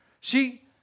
See